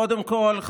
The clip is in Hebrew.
קודם כול,